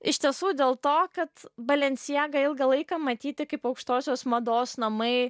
iš tiesų dėl to kad balenciaga ilgą laiką matyti kaip aukštosios mados namai